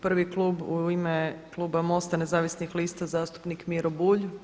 Prvi klub u ime kluba MOST-a Nezavisnih lista zastupnik Miro Bulj.